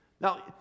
now